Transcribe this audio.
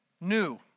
new